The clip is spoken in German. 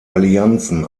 allianzen